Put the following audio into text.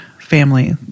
family